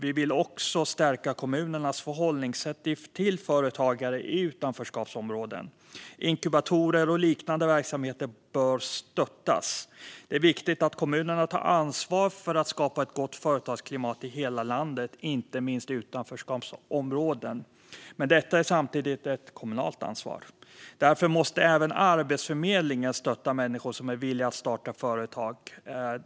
Vi vill också stärka kommunernas förhållningssätt till företagare i utanförskapsområden. Inkubatorer och liknande verksamheter bör stöttas. Det är viktigt att kommunerna tar ansvar för att skapa ett gott företagsklimat i hela landet, inte minst i utanförskapsområden, men detta är samtidigt ett statligt ansvar. Därför måste även Arbetsförmedlingen stötta människor som är villiga att starta företag.